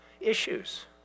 issues